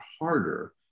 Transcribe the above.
harder